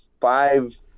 five